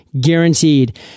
guaranteed